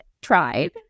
tried